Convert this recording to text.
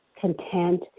content